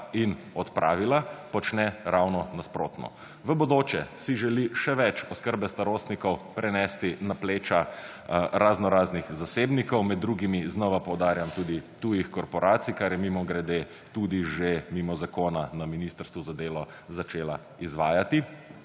in odpravila, počne ravno nasprotno. V bodoče si želi še več oskrbe starostnikov prenesti na pleča raznoraznih zasebnikov, med drugimi, znova poudarjam, tudi tujih korporacij, kar je, mimogrede, tudi že mimo zakona na Ministrstvu za delo začela izvajati,